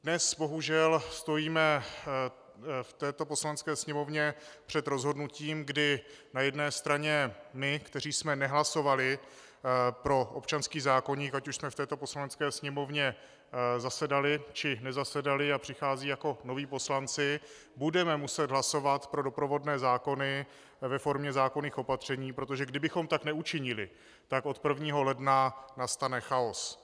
Dnes bohužel stojíme v této Poslanecké sněmovně před rozhodnutím, kdy na jedné straně my, kteří jsme nehlasovali pro občanský zákoník, ať už jsme v této Poslanecké sněmovně zasedali, či nezasedali a přicházejí jako noví poslanci, budeme muset hlasovat pro doprovodné zákony ve formě zákonných opatření, protože kdybychom tak neučinili, tak od 1. ledna nastane chaos.